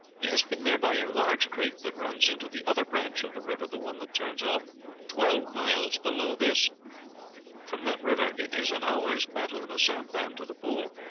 he has been there by a large creek that runs into the other branch of the river, the one that turns off twelve miles below this from that river it is an hour's paddle in a sampan to the pool.